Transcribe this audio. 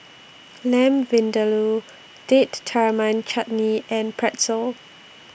Lamb Vindaloo Date Tamarind Chutney and Pretzel